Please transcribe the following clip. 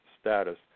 status